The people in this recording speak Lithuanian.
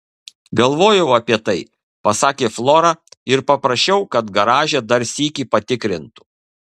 galvojau apie tai pasakė flora ir paprašiau kad garaže dar sykį patikrintų